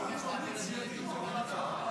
--- יש להעביר את זה לדיון בוועדה.